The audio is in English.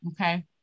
okay